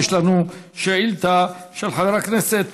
יש לנו שאילתה של חבר הכנסת